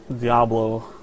Diablo